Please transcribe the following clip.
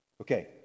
Okay